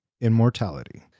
immortality